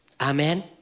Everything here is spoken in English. Amen